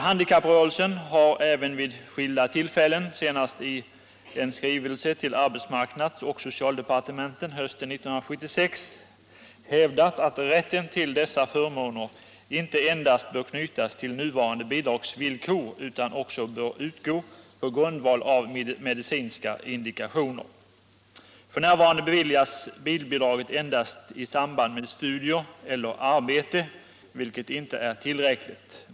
Handikapprörelsen har också vid skilda tillfällen, senast i en skrivelse till arbetsmarknadsoch socialdepartementen hösten 1976, hävdat att rätten till dessa förmåner inte endast bör knytas till de nuvarande bidragsvillkoren utan också utgå på grundval av medicinska indikationer. F.n. beviljas bilbidraget endast i samband med studier eller arbete, vilket inte är tillräckligt.